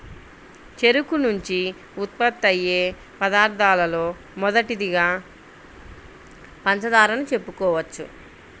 చెరుకు నుంచి ఉత్పత్తయ్యే పదార్థాలలో మొదటిదిగా పంచదారను చెప్పుకోవచ్చు